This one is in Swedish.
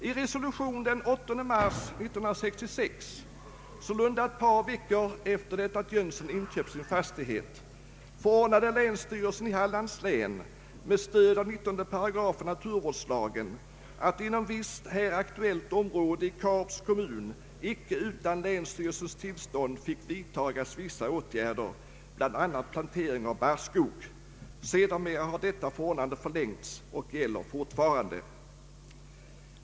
I resolution den 8 mars 1966 — sålunda ett par veckor efter det Jönsson inköpt sin fastighet — förordnade länsstyrelsen i Hallands län med stöd av 19 8 naturvårdslagen att inom visst här aktuellt område i Karups kommun icke utan länsstyrelsens tillstånd fick vidtagas vissa åtgärder, bl.a. plantering av barrskog. Detta förordnande har sedermera förlängts och gäller fortfarande.